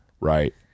Right